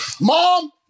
Mom